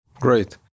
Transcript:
Great